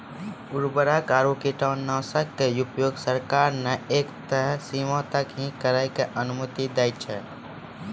उर्वरक आरो कीटनाशक के उपयोग सरकार न एक तय सीमा तक हीं करै के अनुमति दै छै